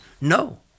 No